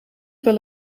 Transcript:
wel